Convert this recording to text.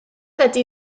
ydy